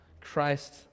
Christ